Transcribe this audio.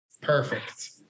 Perfect